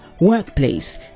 workplace